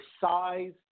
size